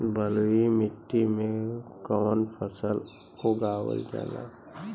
बलुई मिट्टी में कवन फसल उगावल जाला?